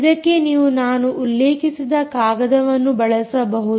ಇದಕ್ಕೆ ನೀವು ನಾನು ಉಲ್ಲೇಖಿಸಿದ ಕಾಗದವನ್ನು ಬಳಸಬಹುದು